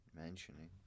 mentioning